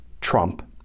trump